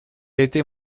était